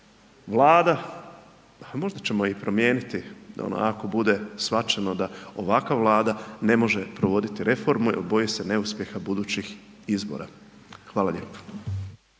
Vlada, pa možda ćemo ih promijeniti ako bude shvaćeno da ovakva Vlada ne može provoditi reformu jer boji se neuspjeha budućih izbora. Hvala lijepo.